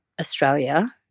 Australia